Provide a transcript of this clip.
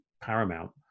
paramount